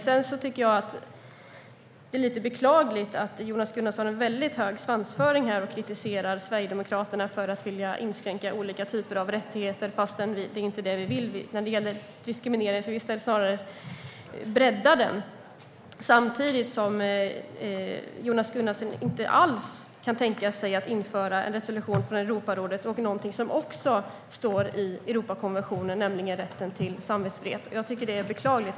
Sedan tycker jag att det är lite beklagligt att Jonas Gunnarsson har väldigt hög svansföring och kritiserar Sverigedemokraterna för att vilja inskränka olika typer av rättigheter. Det är inte det vi vill. Vi vill snarare bredda det. Samtidigt kan Jonas Gunnarsson inte alls tänka sig att införa en resolution från Europarådet och någonting som också står i Europakonventionen, nämligen rätten till samvetsfrihet. Jag tycker att det är beklagligt.